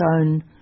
own